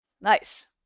Nice